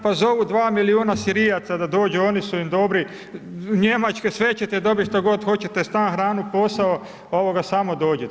Pa zovu 2 milijuna Sirijaca da dođu, oni su im dobri, Njemačke, sve ćete dobiti što god hoćete, stan, hranu, posao, samo dođite.